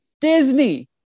Disney